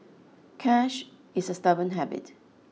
cash is a stubborn habit